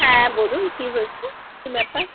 হ্যাঁ বলুন কী হয়েছে কী ব্যাপার